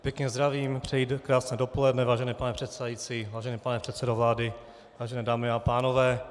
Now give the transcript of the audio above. Pěkně zdravím, přeji krásné dopoledne, vážený pane předsedající, vážený pane předsedo vlády, vážené dámy a pánové.